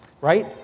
right